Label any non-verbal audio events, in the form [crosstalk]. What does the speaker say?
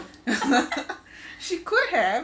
[laughs] she could have